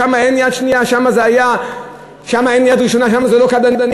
שם זה לא קבלנים,